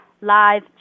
live